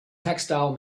textile